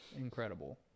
incredible